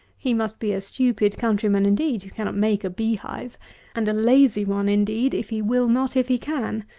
he must be a stupid countryman indeed who cannot make a bee-hive and a lazy one indeed if he will not, if he can.